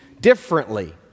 differently